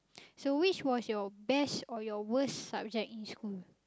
so which was your best or your worst subject in school